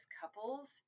couples